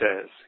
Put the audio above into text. says